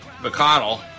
McConnell